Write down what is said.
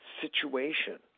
situation